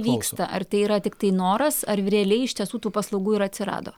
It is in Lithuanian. vyksta ar tai yra tiktai noras ar realiai iš tiesų tų paslaugų ir atsirado